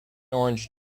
orange